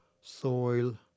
soil